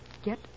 Get